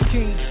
King